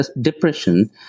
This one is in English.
depression